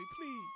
Please